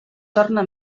torna